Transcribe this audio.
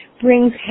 brings